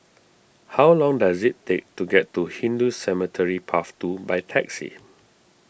how long does it take to get to Hindu Cemetery Path two by taxi